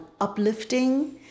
uplifting